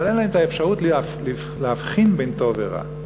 אבל אין להם אפשרות להבחין בין טוב ורע.